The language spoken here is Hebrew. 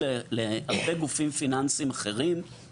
אם